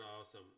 awesome